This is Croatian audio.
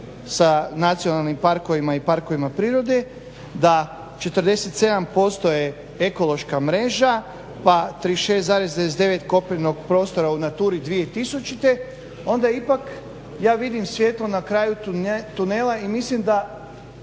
sa nacionalnim parkovima i parkovima, da 47% je ekološka mreža, pa 36,99% koprivnog prostora u Naturi 2000 onda ipak ja vidim svijetlo na kraju tunela i mislim da